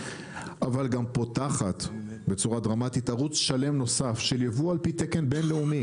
אבל גם פותחת בצורה דרמטית ערוץ שלם נוסף של ייבוא על פי תקן בינלאומי,